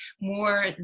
more